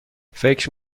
فکر